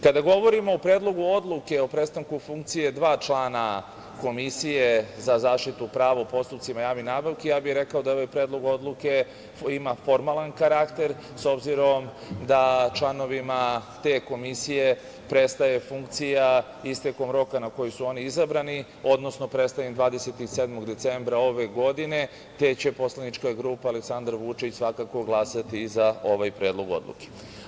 Kada govorimo o Predlogu odluke o prestanku funkcije dva člana Komisije za zaštitu prava u postupcima javnih nabavki, rekao bih da ovaj predlog odluka ima formalan karakter, obzirom da članovima te komisije prestaje funkcija istekom roka na koju su oni izabrani, odnosno prestaje im 27. decembra ove godine, te će poslaničak grupa Aleksandar Vučić glasati za ovaj predlog odluke.